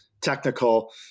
technical